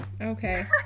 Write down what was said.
Okay